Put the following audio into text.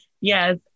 Yes